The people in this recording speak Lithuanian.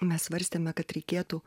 mes svarstėme kad reikėtų